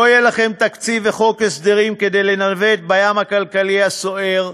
לא יהיו לכם תקציב וחוק הסדרים כדי לנווט בים הכלכלי הסוער.